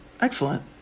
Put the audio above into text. Excellent